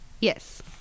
Yes